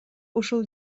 ушул